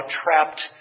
trapped